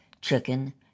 chicken